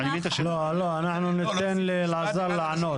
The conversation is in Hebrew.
לא, לא, אנחנו ניתן לאלעזר לענות.